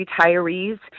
retirees